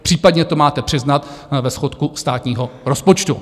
Případně to máte přiznat ve schodku státního rozpočtu.